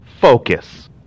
Focus